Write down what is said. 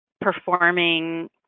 performing